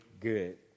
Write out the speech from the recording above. good